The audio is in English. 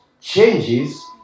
changes